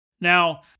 Now